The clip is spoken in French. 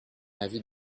avis